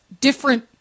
different